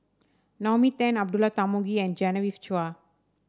Naomi Tan Abdullah Tarmugi and Genevieve Chua